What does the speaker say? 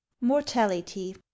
mortality